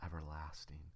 everlasting